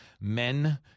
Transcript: men